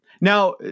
now